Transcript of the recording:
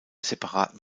separaten